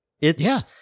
It's-